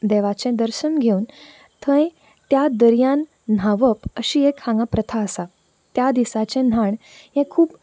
देवाचें दर्शन घेवून थंय त्या दर्यान न्हांवप अशी एक हांगा प्रथा आसा त्या दिसाचें न्हाण हें खूब